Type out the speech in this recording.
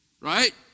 Right